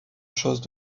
chose